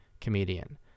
comedian